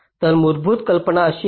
तर मूलभूत कल्पना अशी आहे